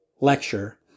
lecture